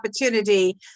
opportunity